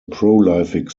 prolific